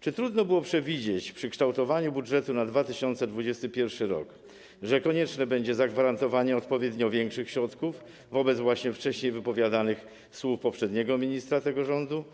Czy trudno było przewidzieć przy kształtowaniu budżetu na 2021 r., że konieczne będzie zagwarantowanie odpowiednio większych środków, wobec wcześniej wypowiadanych słów poprzedniego ministra tego rządu,